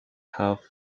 half